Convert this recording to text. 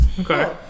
Okay